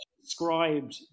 described